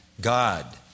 God